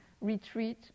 retreat